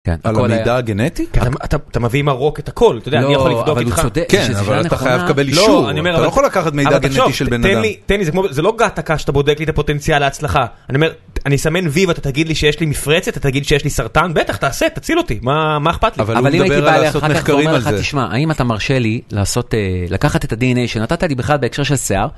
כן, על המידע הגנטי? אתה מביא עם הרוק את הכל, אתה יודע, אני יכול לבדוק איתך. כן, אבל אתה חייב לקבל אישור. אתה לא יכול לקחת מידע גנטי של בן אדם. תן לי, זה לא געתקה שאתה בודק לי את הפוטנציאל ההצלחה. אני אומר, אני אסמן וי ואתה תגיד לי שיש לי מפרצת, אתה תגיד לי שיש לי סרטן, בטח, תעשה, תציל אותי. מה אכפת לי? אבל אני מדבר על לעשות מחקרים על זה. האם אתה מרשה לי לקחת את ה-DNA שנתת לי בכלל בהקשר של שיער?